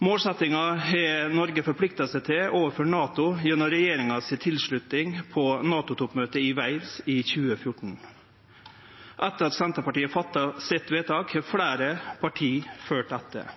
Målsettinga har Noreg forplikta seg til overfor NATO gjennom tilslutninga frå regjeringa på NATO-toppmøtet i Wales i 2014. Etter at Senterpartiet fatta sitt vedtak, har fleire parti følgt etter.